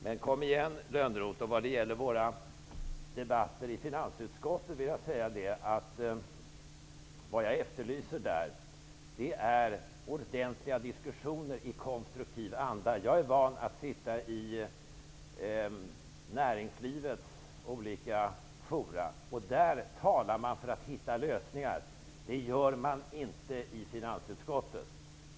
Men kom igen, Lönnroth! Vad jag efterlyser när det gäller våra debatter i finansutskottet är ordentliga diskussioner i konstruktiv anda. Jag är van att sitta i olika fora i näringslivet, och där talar man för att hitta lösningar. Det gör man inte i finansutskottet.